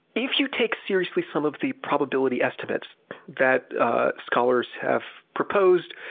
if you take seriously some of the probability estimates that scholars have proposed,